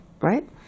right